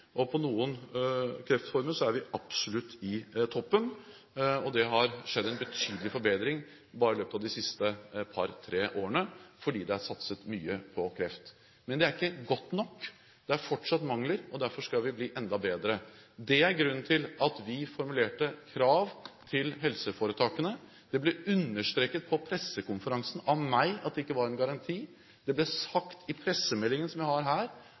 noen kreftformer, er vi absolutt i toppen, og det har skjedd en betydelig forbedring bare i løpet av de siste par–tre årene fordi det er satset mye på kreft. Men det er ikke godt nok. Det er fortsatt mangler, og derfor skal vi bli enda bedre. Det er grunnen til at vi formulerte krav til helseforetakene. Det ble understreket på pressekonferansen av meg at det ikke var en garanti. Det ble sagt i pressemeldingen, som jeg har her,